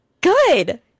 Good